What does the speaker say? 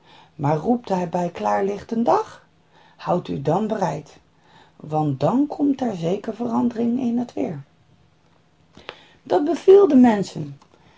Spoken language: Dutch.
maar roept hij bij klaarlichten dag houdt u dan bereid want dan komt er zeker verandering in het weer dat beviel de menschen